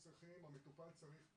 המטופל צריך תור,